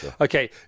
Okay